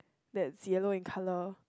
that's yellow in color